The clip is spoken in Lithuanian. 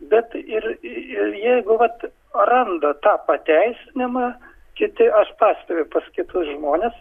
bet ir ir jeigu vat randa tą pateisinimą kiti aš pastebiu pas kitus žmones